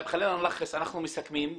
טוב, אנחנו מסכמים.